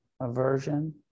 aversion